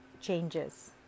changes